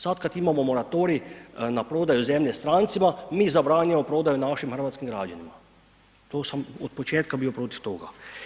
Sad kad imamo moratorij na prodaju zemlje strancima, mi zabranjujemo prodaju našim hrvatskim građanima, tu sam od početka bio protiv toga.